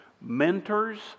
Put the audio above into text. Mentors